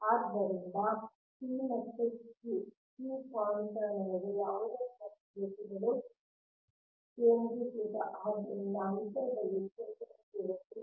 ಆದ್ದರಿಂದ p ಮತ್ತು q q ಪಾಯಿಂಟ್ಗಳ ನಡುವೆ ಯಾವುದೇ ಫ್ಲಕ್ ಸ್ಸ್ ರೇಖೆಗಳು ಕೇಂದ್ರೀಕೃತ ಆದ್ದರಿಂದ ಅಂತರದಲ್ಲಿ ಕ್ಷೇತ್ರದ ತೀವ್ರತೆ x